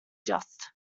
just